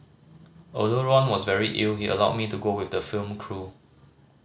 although Ron was very ill he allowed me to go with the film crew